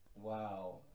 wow